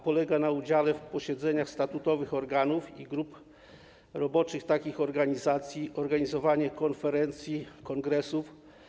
Polega na udziale w posiedzeniach statutowych organów i grup roboczych takich organizacji, organizowaniu konferencji, kongresów.